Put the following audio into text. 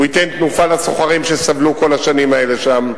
הוא ייתן תנופה לסוחרים שסבלו כל השנים האלה שם,